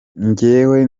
njyewe